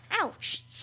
Ouch